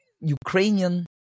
Ukrainian